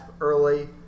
early